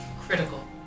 Critical